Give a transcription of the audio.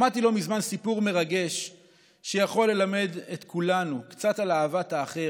שמעתי לא מזמן סיפור מרגש שיכול ללמד את כולנו קצת על אהבת האחר,